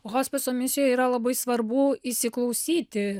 hospiso misijoj yra labai svarbu įsiklausyti